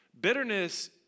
Bitterness